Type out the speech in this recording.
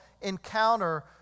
encounter